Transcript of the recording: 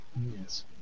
Yes